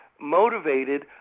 motivated